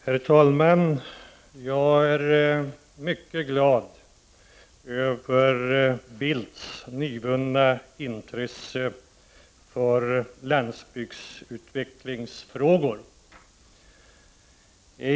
Herr talman! Jag blev mycket glad över Carl Bildts nyvunna intresse för landsbygdsutvecklingsfrågor.